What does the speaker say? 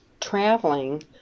traveling